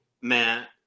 Matt